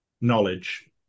Knowledge